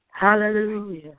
Hallelujah